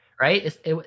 right